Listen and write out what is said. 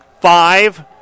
Five